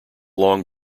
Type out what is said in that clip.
long